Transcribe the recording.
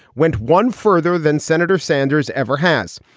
went one further than senator sanders ever has.